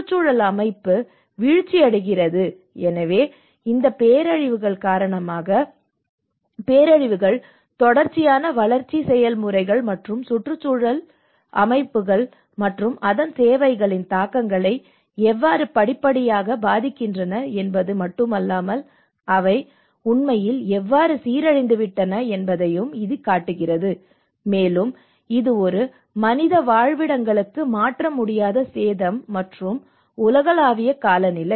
சுற்றுச்சூழல் அமைப்பு வீழ்ச்சியடைகிறது எனவே இந்த பேரழிவுகள் காரணமாக பேரழிவுகள் தொடர்ச்சியான வளர்ச்சி செயல்முறைகள் மற்றும் சுற்றுச்சூழல் மற்றும் சுற்றுச்சூழல் அமைப்புகள் மற்றும் அதன் சேவைகளின் தாக்கங்களை எவ்வாறு படிப்படியாக பாதிக்கின்றன என்பது மட்டுமல்லாமல் அவை உண்மையில் எவ்வாறு சீரழிந்துவிட்டன என்பதையும் இது காட்டுகிறது மேலும் இது ஒரு மனித வாழ்விடங்களுக்கு மாற்ற முடியாத சேதம் மற்றும் உலகளாவிய காலநிலை